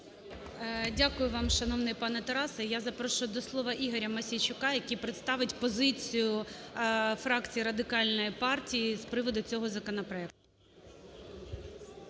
Дякую вам, шановний пане Тарасе. Я запрошую до слова Ігоря Мосійчука, який представить позицію фракції Радикальної партії з приводу цього законопроекту.